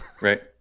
right